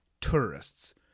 tourists